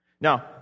Now